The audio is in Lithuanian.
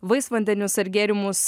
vaisvandenius ar gėrimus